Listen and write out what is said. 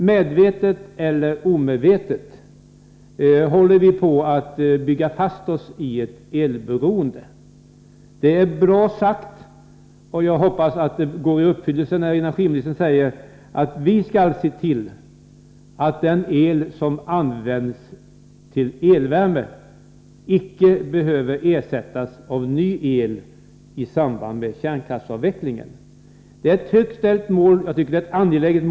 Medvetet eller omedvetet håller vi på att bygga fast oss i ett elberoende. Det är bra sagt av energiministern — och jag hoppas att det går i uppfyllelse — att vi skall se till att den el som används till elvärme icke behöver ersättas av ny eli samband med kärnkraftsavvecklingen. Det är ett högt ställt mål, och jag tycker att det är angeläget.